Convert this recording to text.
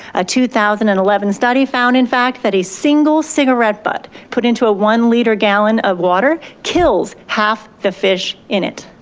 a two thousand and eleven study found in fact, that a single cigarette butt put into ah one liter gallon of water kills half the fish in it.